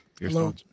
Hello